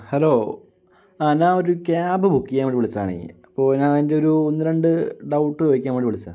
hello ഞാനൊരു cab book ചെയ്യാൻ വേണ്ടി വിളിച്ചതാണേ അപ്പോൾ ഞാൻ അതിന്റെ ഒന്ന് രണ്ട് ഡൗട്ട് ചോദിക്കാൻ വേണ്ടി വിളിച്ചതാണ്